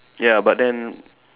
ya but then